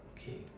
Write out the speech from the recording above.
K